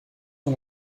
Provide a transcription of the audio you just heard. son